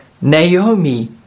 Naomi